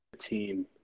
team